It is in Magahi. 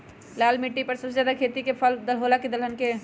लाल मिट्टी पर सबसे ज्यादा खेती फल के होला की दलहन के?